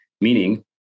Meaning